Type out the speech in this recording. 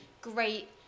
great